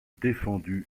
défendu